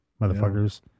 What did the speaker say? motherfuckers